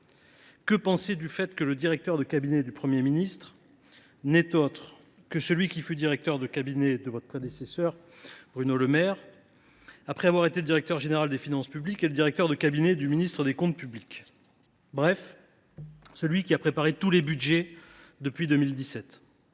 le ministre de l’économie, le directeur de cabinet du Premier ministre n’est autre que celui qui fut directeur de cabinet de votre prédécesseur, Bruno Le Maire, après avoir été directeur général des finances publiques et directeur de cabinet du ministre des comptes publics. Bref, il s’agit de l’homme qui a préparé tous les budgets depuis 2017.